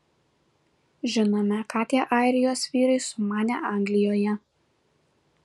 žinome ką tie airijos vyrai sumanė anglijoje